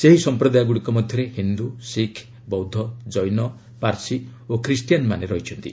ସେହି ସମ୍ପ୍ରଦାୟଗୁଡ଼ିକ ମଧ୍ୟରେ ହିନ୍ଦୁ ଶିଖ୍ ବୌଦ୍ଧ କୈନ ପାର୍ସି ଓ ଖ୍ରୀଷ୍ଟିଆନ୍ମାନେ ରହିଛନ୍ତି